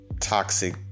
toxic